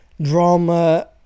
drama